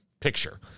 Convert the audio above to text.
picture